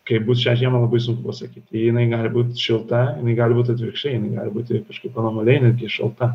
kaip bus šią žiemą labai sunku pasakyt jinai gali būt šilta jinai gali būt atvirkščiai jinai gali būti kažkaip anomaliai netgi šalta